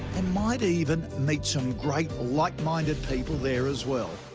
and might even meet some great, like-minded people there as well.